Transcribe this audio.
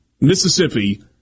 Mississippi